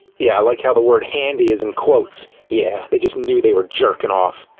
yeah, like how the word, handy, is in quotes. yeah, they just knew they were jerkin' off.